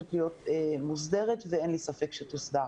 חייבת להיות מוסדרת ואין לי ספק שתוסדר.